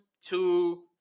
two